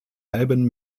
halben